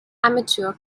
amateur